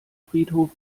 friedhof